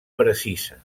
precisa